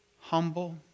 Humble